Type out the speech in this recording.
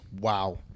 Wow